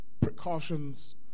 precautions